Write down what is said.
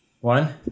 One